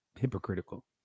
hypocritical